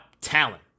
talent